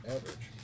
Average